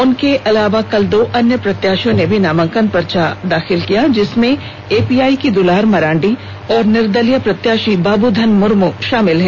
उनके अलावा कल दो अन्य प्रत्याशियों ने भी नामांकन पर्चा दाखिल किया जिसमें एपीआइ की दुलार मरांडी और निर्दलीय प्रत्याशी बाबूधन मुर्मू शामिल हैं